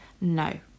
No